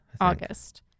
August